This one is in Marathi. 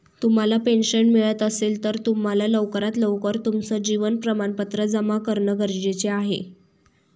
तुम्हाला पेन्शन मिळत असेल, तर तुम्हाला लवकरात लवकर तुमचं जीवन प्रमाणपत्र जमा करणं गरजेचे आहे